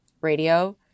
radio